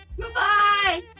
Goodbye